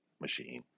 machine